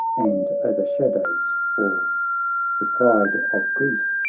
and o'ershadows all the pride of greece,